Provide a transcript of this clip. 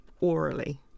orally